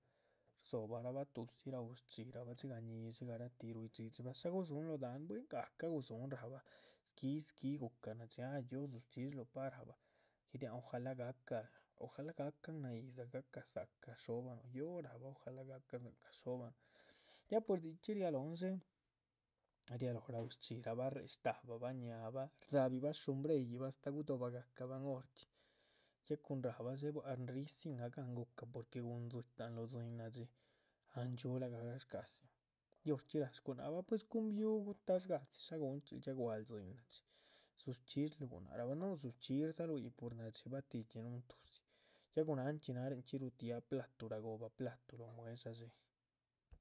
Rdzobarabah tudzi raú shchíra bah, dxigah ñíshi garatih rui dhxídxirabah, shá gudzúhun lóho dahán buen gahca gudzúhun rahbah, squí squí gu´cah nadxí. ah yóho dzush chxíshlu pa´ rahbah, guidia´c han ojalá gahca, ojalá gahcan náh yídza, gahca dza´cah dhxóbahnuh, yóho rahbah ojalá gahcan dza´cah dhxóbahnuh. ya pues dzichxí ria lóhon dxé, ria lóho raú shchxí rahbah, réhe shtabahbah ñáabah, rdzabih bah sumbreyih bah astáh gudobah gahcabahn ya cuhun rahba dxé, bua´c. rihi dzín ah gan gu´ca porque gúhun dzitahn lóho tzín nadxí, an dxiú lahga gashcadzi, ya horchxí ra´ shgunáhc bah úes cun biúhu gutash gadzi shá guhunchxín. ya guáhl tzín nádxí dzush chxíshlu gunáhc rahba no dzush chxísh dzalu yíc pur nádxi batidxínuhun tudzí, ya gunanchxí naninchxí ruatiaha platu rgohobah. platu lóho mueh´dsha dxé.